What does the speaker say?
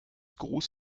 gruß